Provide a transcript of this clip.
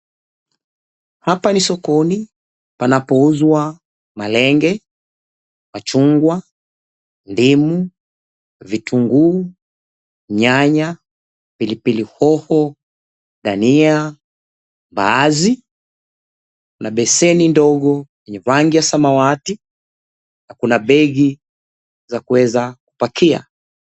Hapa ni sokoni panapouzwa malenge, machungwa, ndimu, vitunguu, nyanya, pilipili hoho, dania, mbaazi na beseni ndogo ya rangi ya samawati na kuna begi ya kuweza kupakia.